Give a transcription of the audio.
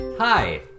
Hi